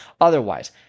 otherwise